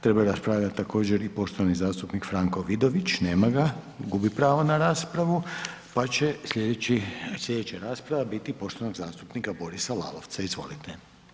Trebao je raspravljati također i poštovani zastupnik Franko Vidović, nema ga, gubi pravo na raspravu, pa će sljedeća rasprava biti poštovanog zastupnika Borisa Lalovca, izvolite.